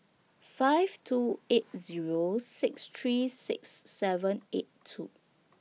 five two eight Zero six three six seven eight two